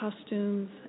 costumes